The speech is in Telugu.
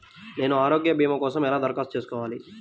నేను ఆరోగ్య భీమా కోసం ఎలా దరఖాస్తు చేసుకోవాలి?